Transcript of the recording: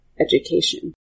education